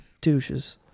douches